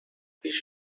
پیش